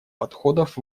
подходов